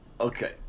Okay